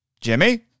Jimmy